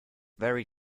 very